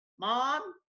mom